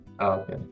okay